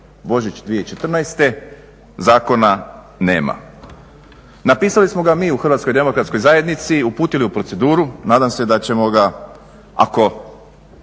Božić 2014., zakona nema. Napisali smo ga mi u HDZ-u, uputili u proceduru, nadam se da ćemo ga ako